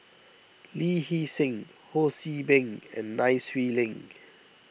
Lee Hee Seng Ho See Beng and Nai Swee Leng